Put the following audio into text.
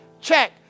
Check